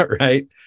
right